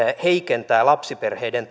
heikentää lapsiperheiden